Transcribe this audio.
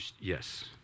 Yes